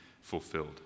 fulfilled